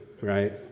Right